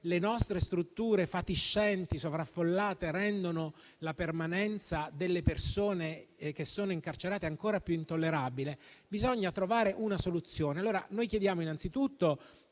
le nostre strutture fatiscenti sovraffollate rendono la permanenza delle persone che sono incarcerate ancora più intollerabile, bisogna trovare una soluzione. Noi chiediamo innanzitutto